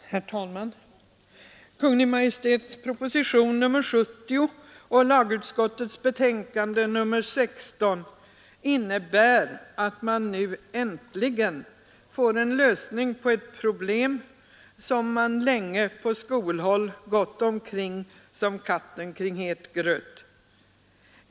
Herr talman! Kungl. Maj:ts proposition nr 70 och lagutskottets betänkande nr 16 innebär att vi äntligen får en lösning på ett problem som man på skolhåll länge gått omkring som katten kring het gröt.